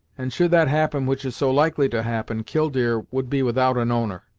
and should that happen which is so likely to happen, killdeer would be without an owner.